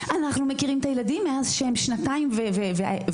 אנחנו מכירים את הילדים מאז שהם שנתיים וחמש,